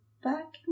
Back